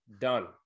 done